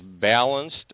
balanced